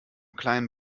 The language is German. kleinen